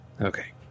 Okay